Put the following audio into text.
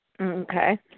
Okay